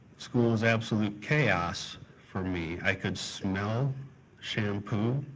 school was absolute chaos for me. i could smell shampoo,